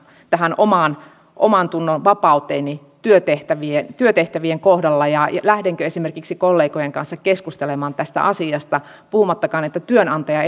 tähän omantunnonvapauteen työtehtävien työtehtävien kohdalla ja lähteekö esimerkiksi kollegojen kanssa keskustelemaan tästä asiasta puhumattakaan työnantajan